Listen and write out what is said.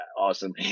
Awesome